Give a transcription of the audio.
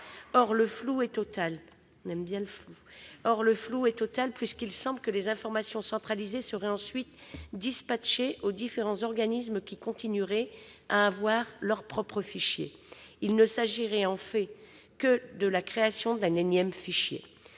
Or le flou est total puisqu'il semble que les informations centralisées seraient ensuite dispatchées aux différents organismes qui continueraient à avoir leur propre fichier. Il ne s'agirait en fait que de la création d'un énième fichier